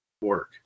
work